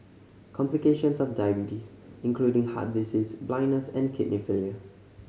complications of diabetes including heart disease blindness and kidney failure